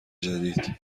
جدید